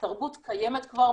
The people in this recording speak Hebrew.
התרבות קיימת כבר,